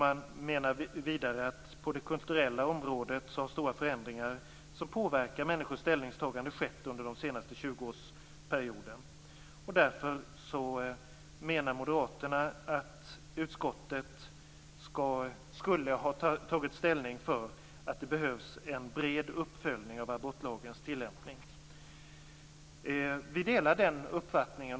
Man menar vidare att på det kulturella området har stora förändringar som påverkar människors ställningstagande skett under den senaste tjugoårsperioden. Därför menar moderaterna att utskottet skulle ha tagit ställning för att det behövs en bred uppföljning av abortlagens tillämpning. Vi delar den uppfattningen.